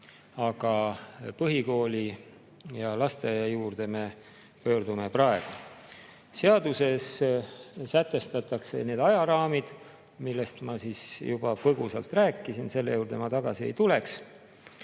Aga põhikooli ja lasteaia juurde me pöördume praegu. Seaduses sätestatakse need ajaraamid, millest ma juba põgusalt rääkisin, selle juurde ma tagasi ei tuleks.